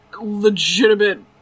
legitimate